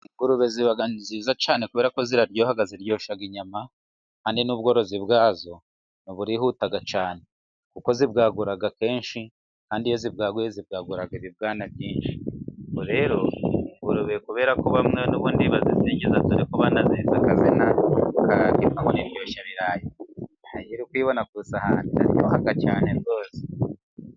Ingurube ziba nziza cyane, kubera ko ziraryoha. Ziryoshya inyama kandi n'ubworozi bwazo burihuta cyane, kuko zibwagura kenshi. Kandi iyo zibwaguye, zibwagura ibibwana byinshi. Ubwo rero ingurube kubera ko bamwe n'ubundi bazisingiza, dore ko banazise akazina k'indyoheshabirayi. Iyo uri kuyibona ku isahani, iraryoha cyane rwose.